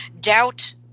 doubt